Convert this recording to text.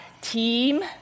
Team